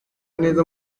neza